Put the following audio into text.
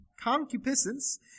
concupiscence